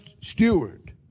steward